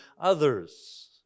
others